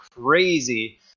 crazy